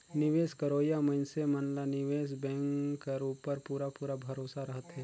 निवेस करोइया मइनसे मन ला निवेस बेंक कर उपर पूरा पूरा भरोसा रहथे